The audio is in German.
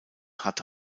hatte